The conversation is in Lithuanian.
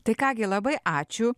tai ką gi labai ačiū